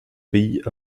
pays